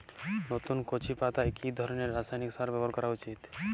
নতুন কচি পাতায় কি ধরণের রাসায়নিক সার ব্যবহার করা উচিৎ?